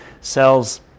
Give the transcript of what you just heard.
cells